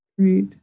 great